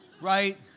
Right